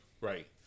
Right